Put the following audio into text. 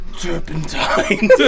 turpentine